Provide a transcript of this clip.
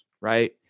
right